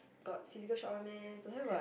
got physical shop one meh don't have what